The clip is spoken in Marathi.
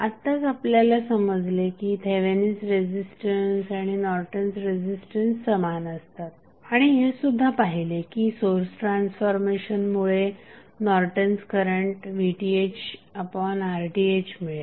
आत्ताच आपल्याला समजले की थेवेनिन्स रेझिस्टन्स आणि नॉर्टन्स रेझिस्टन्स समान असतात आणि हे सुद्धा पाहिले की सोर्स ट्रान्सफॉर्मेशनमुळे नॉर्टन्स करंट VThRTh मिळेल